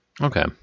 Okay